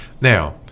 Now